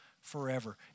forever